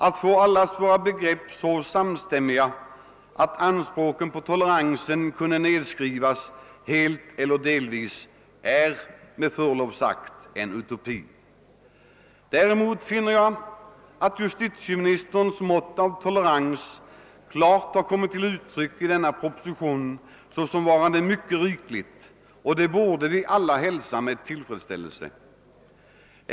Att få allas våra begrepp så samstämmiga att anspråken på toleransen kan nedskrivas, helt eller delvis, är med förlov sagt en utopi. Däremot finner jag att justitieministerns mått av tolerans klart kommit till uttryck i denna proposition såsom varande rikligt, och det borde vi alla hälsa med tillfredsställelse.